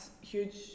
huge